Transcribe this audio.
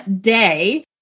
day